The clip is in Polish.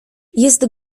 jest